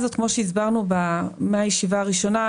שהסברנו כבר בישיבה הראשונה,